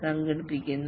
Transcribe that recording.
സംഘടിപ്പിക്കുന്നു